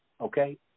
okay